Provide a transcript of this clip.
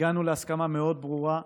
הגענו להסכמה מאוד ברורה: